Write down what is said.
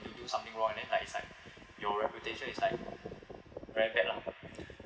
you do something wrong and then like it's like your reputation is like very bad lah